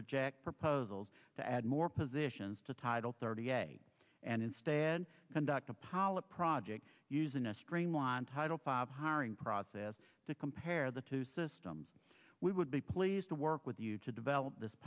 reject proposals to add more positions to title thirty eight and instead conduct a polyp project using a streamlined title five hiring process to compare the two systems we would be pleased to work with you to develop this